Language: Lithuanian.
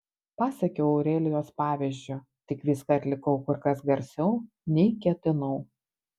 pasekiau aurelijos pavyzdžiu tik viską atlikau kur kas garsiau nei ketinau